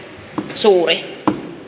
suuri